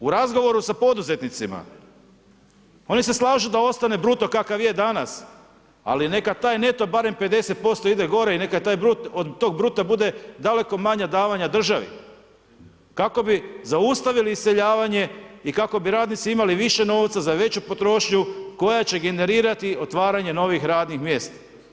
U razgovoru sa poduzetnicima, oni se slažu da ostane bruto kakav je danas, ali neka taj neto barem 50% ide gore i neka od tog bruta bude daleko manja davanja državi, kako bi zaustavili iseljavanje i kako bi radnici imali više novca za veću potrošnju koja će generirati otvaranje novih radnih mjesta.